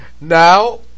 Now